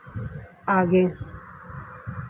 आगे